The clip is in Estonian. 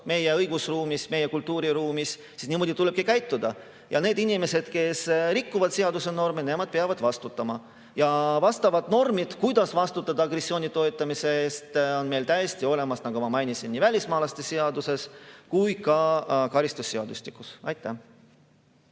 meie õigusruumis, meie kultuuriruumis, siis niimoodi tulebki käituda. Need inimesed, kes rikuvad seaduse norme, nemad peavad vastutama. Ja vastavad normid, kuidas vastutada agressiooni toetamise eest, on meil täiesti olemas, nagu ma mainisin, nii välismaalaste seaduses kui ka karistusseadustikus. Selles